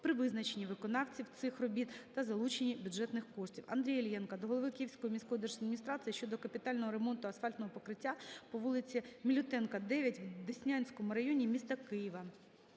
при визначенні виконавців цих робіт та залученні бюджетних коштів. Андрія Іллєнка до голови Київської міської держадміністрації щодо капітального ремонту асфальтного покриття по вулиці Мілютенка, 9 в Деснянському районі міста Києва.